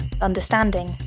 understanding